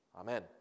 Amen